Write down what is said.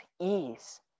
ease